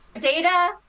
Data